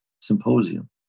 symposium